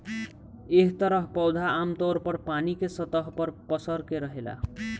एह तरह पौधा आमतौर पर पानी के सतह पर पसर के रहेला